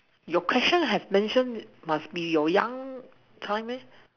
your question have mentioned must be your young time meh